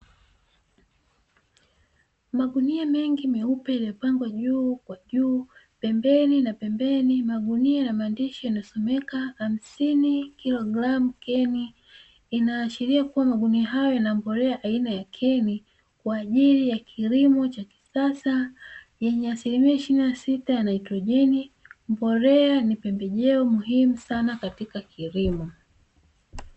Magunia mengi meupe iliyopangwa juu kwa juu pembeni na pembeni magunia na maandishi yanayosomeka "hamsini kilogramu can", inaashiria kuwa magunia hayo na mbolea aina ya keni, kwa ajili ya kilimo cha kisasa yenye asilimia ishirini na sita ya naitrojeni mbolea ni pembejeo muhimu sana katika kilimo.